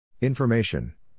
Information